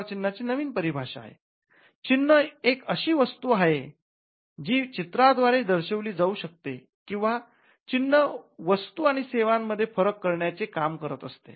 चिन्ह एक अशी वस्तू आहे जी चित्र द्वारे दर्शविली जाऊ शकते आणि चिन्ह वस्तू आणि सेवा मध्ये फरक करण्याचे काम करत असते